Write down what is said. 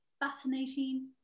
fascinating